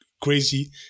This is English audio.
crazy